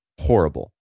horrible